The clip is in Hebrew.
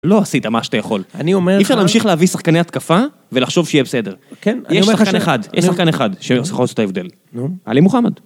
לא עשית מה שאתה יכול. אני אומר לך... אי אפשר להמשיך להביא שחקני התקפה ולחשוב שיהיה בסדר. כן, אני אומר לך... יש שחקן אחד! יש שחקן אחד שיכול לעשות את ההבדל: נו... עלי מוחמד.